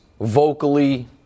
vocally –